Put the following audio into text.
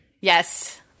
yes